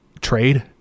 trade